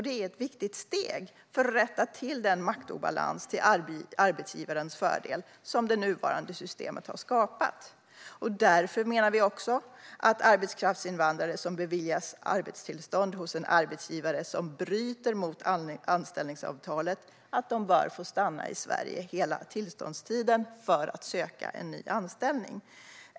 Det är ett viktigt steg för att rätta till den maktobalans till arbetsgivarens fördel som det nuvarande systemet har skapat. Därför menar vi också att arbetskraftsinvandrare som beviljas arbetstillstånd hos en arbetsgivare som bryter mot anställningsavtalet bör få stanna i Sverige hela tillståndstiden för att söka ny anställning.